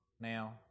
Now